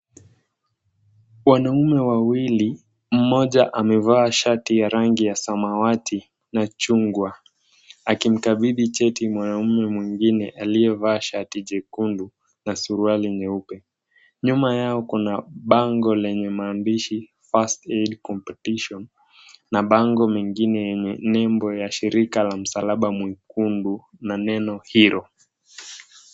Wanaume wawili mmoja amevaa shati ya rangi ya samawati na chungwa. akimkabidhi cheti mwanamume mwingine aliyevaa shati jekundu na suruali nyeupe. Nyuma yao kuna bango lenye maandishi First Aid Competition na bango mengine yenye nembo ya shirika la Msalaba Mwekundu na neno hero .